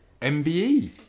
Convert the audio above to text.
MBE